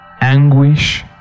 Anguish